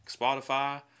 Spotify